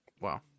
Wow